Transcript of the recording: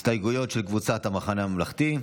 הסתייגויות של קבוצת סיעת המחנה הממלכתי,